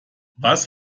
was